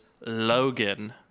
Logan